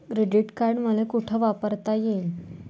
Credit card मले कोठ कोठ वापरता येईन?